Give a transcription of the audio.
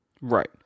right